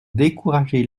décourager